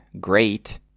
great